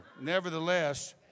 Nevertheless